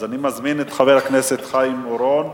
אני מזמין את חבר הכנסת חיים אורון,